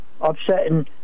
upsetting